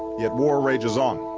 yet war rages on.